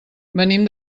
venim